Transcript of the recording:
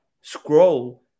scroll